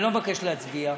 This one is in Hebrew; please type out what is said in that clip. אני לא מבקש להצביע.